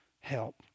help